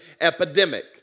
epidemic